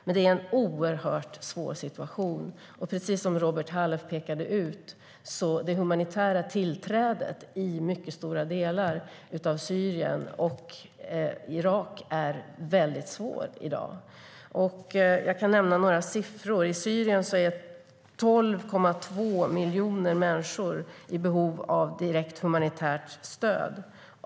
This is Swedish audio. Men det är en oerhört svår situation, och precis som Robert Halef pekade på är det humanitära tillträdet i mycket stora delar av Syrien och Irak väldigt svårt i dag. Jag kan nämna några siffror. I Syrien är 12,2 miljoner människor i behov av direkt humanitärt stöd.